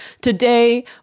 Today